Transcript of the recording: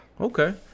okay